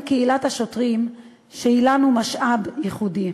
קהילת השוטרים שהיא לנו משאב ייחודי.